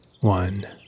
one